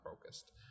focused